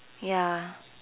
ya